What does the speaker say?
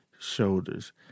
shoulders